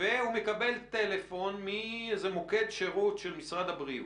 והוא מקבל טלפון מאיזה מוקד שירות של משרד הבריאות.